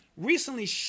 Recently